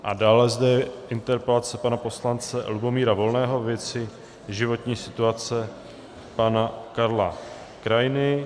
A dále zde je interpelace pana poslance Lubomíra Volného ve věci životní situace pana Karla Krainy.